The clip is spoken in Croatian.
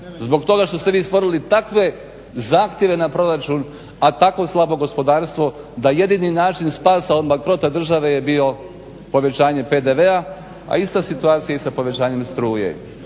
zbog toga što ste vi stvorili takve zahtjeve na proračun a tako slabo gospodarstvo da jedini način spasa od bankrota države je bio povećanje PDV-a i ista situacija i sa povećanjem struje.